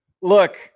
Look